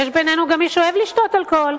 יש בינינו גם מי שאוהב לשתות אלכוהול,